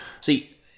See